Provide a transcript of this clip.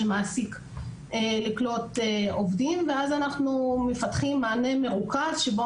מעסיק לקלוט עובדים ואז אנחנו מפתחים מענה מרוכז שבו